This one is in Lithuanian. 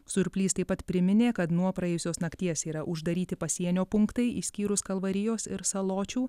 surplys taip pat priminė kad nuo praėjusios nakties yra uždaryti pasienio punktai išskyrus kalvarijos ir saločių